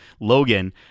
Logan